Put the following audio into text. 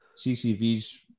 CCV's